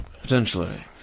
Potentially